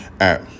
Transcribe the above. app